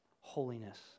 holiness